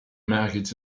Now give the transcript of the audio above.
market